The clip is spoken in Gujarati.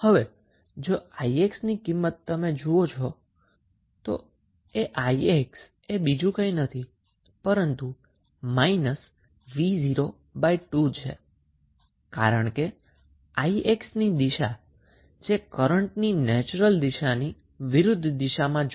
હવે જો તમે 𝑖𝑥 ની વેલ્યુ જોવો તો 𝑖𝑥 એ બીજું કંઈ નથી પરંતુ v02 છે કારણ કે 𝑖𝑥 ની દિશા કરન્ટની નેચરલ દિશાની વિરુધ્ધ દિશામાં છે